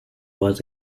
was